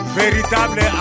véritable